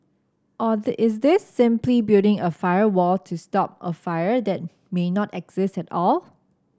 or is this simply building a firewall to stop a fire that may not exist at all